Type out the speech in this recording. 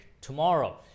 tomorrow